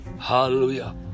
Hallelujah